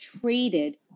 traded